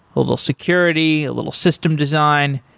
a little security, a little system design.